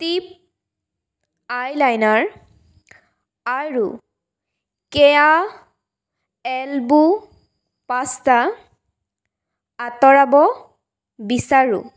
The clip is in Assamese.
টিপ আইলাইনাৰ আৰু কেয়া এল্বো পাস্তা আঁতৰাব বিচাৰোঁ